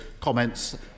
comments